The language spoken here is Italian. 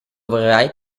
vorrai